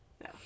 No